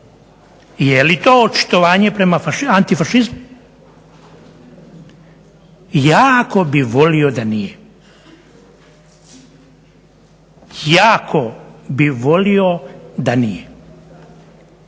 je li to očitovanje prema antifašizmu. Jako bih volio da nije. Jako bih volio da nije.